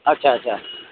अच्छा अच्छा